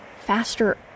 faster